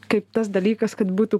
kaip tas dalykas kad būtų